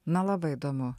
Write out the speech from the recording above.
na labai įdomu